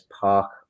Park